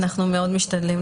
אנחנו מאוד משתדלים.